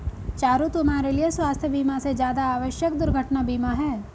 चारु, तुम्हारे लिए स्वास्थ बीमा से ज्यादा आवश्यक दुर्घटना बीमा है